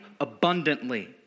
abundantly